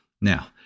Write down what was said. Now